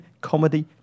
Comedy